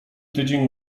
tydzień